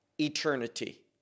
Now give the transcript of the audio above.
eternity